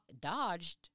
dodged